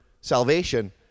salvation